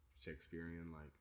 Shakespearean-like